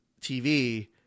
TV